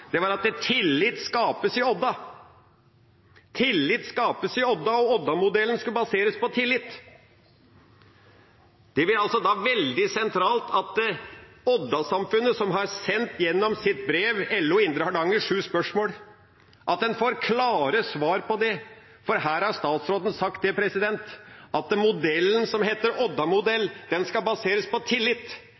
som var enda mer interessant, var at tillit skapes i Odda. Tillit skapes i Odda, og Odda-modellen skal baseres på tillit. Det blir da veldig sentralt at Odda-samfunnet, som gjennom brevet fra LO i Indre Hardanger har sendt sju spørsmål, får klare svar på det, for her har statsråden sagt at modellen som heter «Odda-modellen», skal baseres på tillit